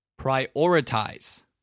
Prioritize